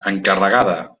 encarregada